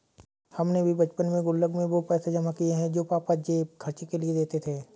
हमने भी बचपन में गुल्लक में वो पैसे जमा किये हैं जो पापा जेब खर्च के लिए देते थे